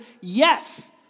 yes